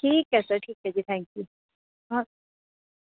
ਠੀਕ ਹੈ ਸਰ ਠੀਕ ਹੈ ਜੀ ਥੈਂਕ ਯੂ ਹਾਂ